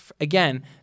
again